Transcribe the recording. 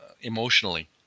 emotionally